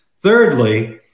Thirdly